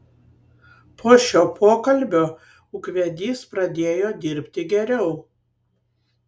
po šio pokalbio ūkvedys pradėjo dirbti geriau